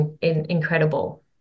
incredible